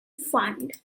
fund